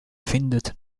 findet